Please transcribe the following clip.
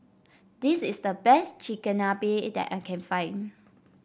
this is the best Chigenabe that I can find